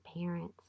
parents